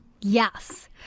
Yes